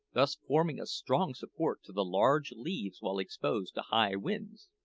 thus forming a strong support to the large leaves while exposed to high winds.